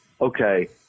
okay